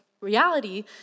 reality